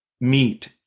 meet